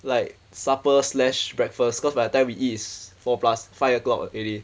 like supper slash breakfast cause by the time we eat is four plus five o'clock already